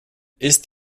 ist